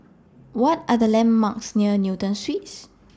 What Are The landmarks near Newton Suites